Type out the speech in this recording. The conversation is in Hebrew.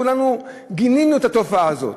כולנו גינינו את התופעה הזאת.